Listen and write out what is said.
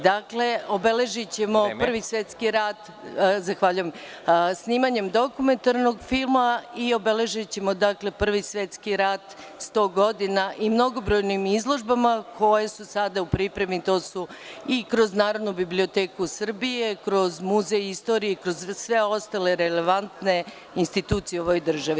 Dakle, obeležićemo Prvi svetski rat snimanjem dokumentarnog filma i obeležićemo Prvi svetski rat, 100 godina, mnogobrojnim izložbama koje su sada u pripremi, a to je i kroz Narodnu biblioteku Srbije, kroz muzej istorije i kroz sve ostale relevantne institucije u ovoj državi.